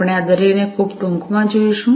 આપણે આ દરેકને ખૂબ ટૂંકમાં જોઈશું